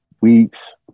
weeks